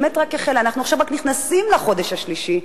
אנחנו רק עכשיו נכנסים לחודש השלישי,